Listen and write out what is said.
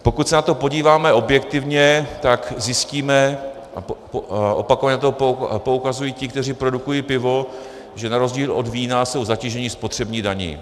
Pokud se na to podíváme objektivně, tak zjistíme, a opakovaně na to poukazují ti, kteří produkují pivo, že na rozdíl od vína jsou zatíženi spotřební daní.